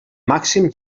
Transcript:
màxim